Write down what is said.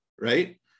right